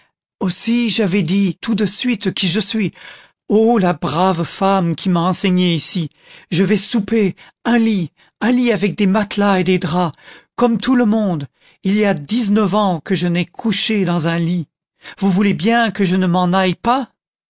aussi j'avais dit tout de suite qui je suis oh la brave femme qui m'a enseigné ici je vais souper un lit un lit avec des matelas et des draps comme tout le monde il y a dix-neuf ans que je n'ai couché dans un lit vous voulez bien que je ne m'en aille pas